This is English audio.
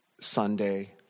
Sunday